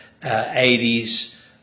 80s